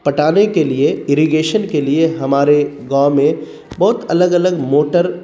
پٹانے کے لیے اریگیشن کے لیے ہمارے گاؤں میں بہت الگ الگ موٹر